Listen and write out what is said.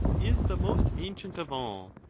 is the most ancient of all,